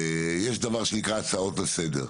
ויש דבר שנקרא הצעות לסדר.